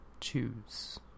Choose